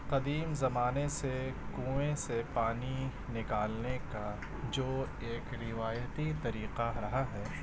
قدیم زمانے سے کنوئیں سے پانی نکالنے کا جو ایک روایتی طریقہ رہا ہے